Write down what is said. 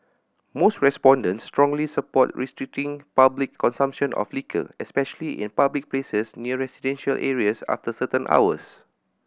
most respondents strongly support restricting public consumption of liquor especially in public places near residential areas after certain hours